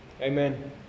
amen